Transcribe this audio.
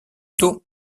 tôt